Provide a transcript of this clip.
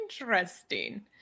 interesting